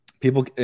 people